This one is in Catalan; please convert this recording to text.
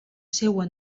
seua